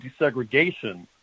desegregation